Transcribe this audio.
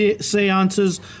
seances